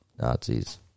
Nazis